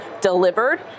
delivered